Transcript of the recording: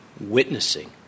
witnessing